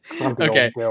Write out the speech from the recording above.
okay